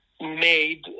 made